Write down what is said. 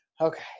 okay